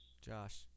Josh